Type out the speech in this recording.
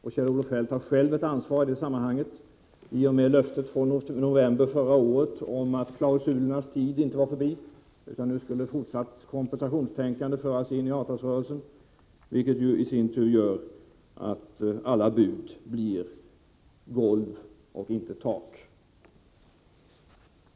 Kjell-Olof Feldt har själv ett ansvar i det sammanhanget i och med löftet från november förra året om att klausulernas tid inte var förbi, utan att fortsatt kompensationstänkande skulle föras in i avtalsrörelsen, vilket i sin tur gör att alla bud blir golv och inte tak.